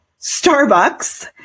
Starbucks